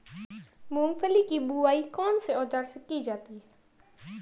मूंगफली की बुआई कौनसे औज़ार से की जाती है?